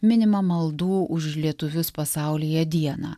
minima maldų už lietuvius pasaulyje dieną